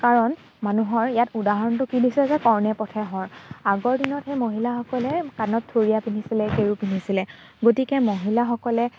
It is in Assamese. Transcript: কাৰণ মানুহৰ ইয়াত উদাহৰণটো কি দিছে যে কৰ্ণে পথে শৰ আগৰ দিনত সেই মহিলাসকলে কাণত থুৰীয়া পিন্ধিছিলে কেৰু পিন্ধিছিলে গতিকে মহিলাসকলে